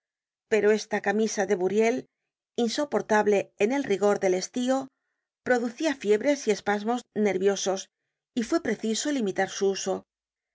pero esta camisa de buriel insoportable en el rigor del estío producia fiebres y espasmos nerviosos y fue preciso limitar su uso